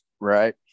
Right